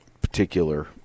particular